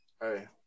Hey